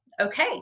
okay